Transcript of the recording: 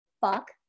fuck